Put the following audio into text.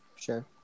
Sure